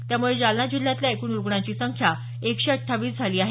त्यामुळे जालना जिल्ह्यातल्या एकूण रुग्णांची संख्या एकशे अठ्ठावीस झाली आहे